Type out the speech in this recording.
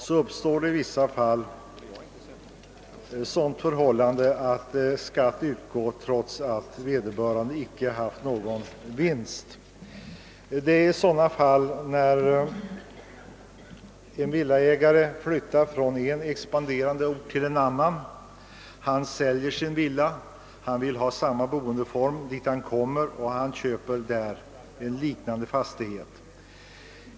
Då måste de i vissa fall betala skatt, trots att de inte har gjort någon vinst. Så blir bl.a. fallet när en villaägare flyttar från en expanderande ort till en annan. Han säljer sin villa men vill ha samma boendeform och köper då en liknande fastighet.